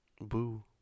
boo